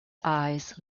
eyes